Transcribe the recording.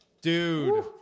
Dude